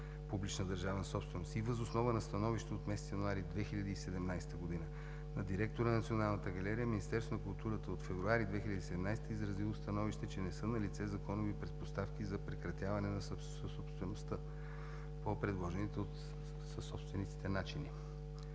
публична държавна собственост и въз основа на становище от месец януари 2017 г. на директора на Националната галерия, Министерството на културата от месец февруари 2017 г. е изразило становище, че не са налице законови предпоставки за прекратяване на съсобствеността по предложените от съсобствениците начини.